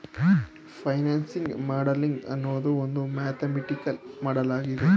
financing modelling ಅನ್ನೋದು ಒಂದು mathematical ಮಾಡಲಾಗಿದೆ